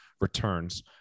returns